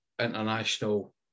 international